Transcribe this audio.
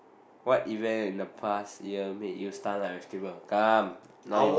what event in the past year make you stun like vegetable